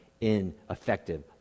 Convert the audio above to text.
ineffective